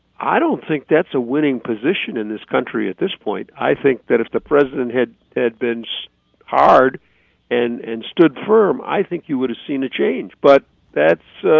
i don't think that's a winning position in this country at this point. i think that if the president had had been so hard and and stood firm, i think he would've seen a change, but that's,